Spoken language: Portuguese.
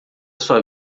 sua